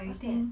what's that